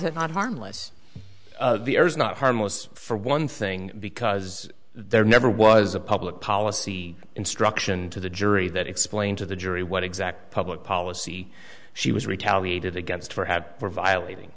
it not harmless is not harmless for one thing because there never was a public policy instruction to the jury that explain to the jury what exact public policy she was retaliated against her had for violating